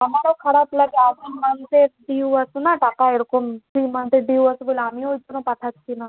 আমারও খারাপ লাগে এতো মান্থের ডিউ আছে না টাকা এরকম থ্রি মান্থের ডিউ আছে বলে আমিও ওই জন্য পাঠাচ্ছি না